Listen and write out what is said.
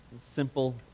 Simple